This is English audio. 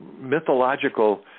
mythological